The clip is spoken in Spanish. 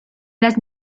las